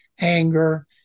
anger